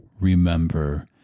Remember